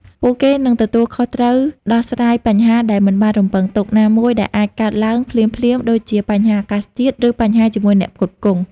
ពួកគេនឹងទទួលខុសត្រូវដោះស្រាយ បញ្ហាដែលមិនបានរំពឹងទុក ណាមួយដែលអាចកើតឡើងភ្លាមៗ ដូចជា បញ្ហាអាកាសធាតុ ឬបញ្ហាជាមួយអ្នកផ្គត់ផ្គង់។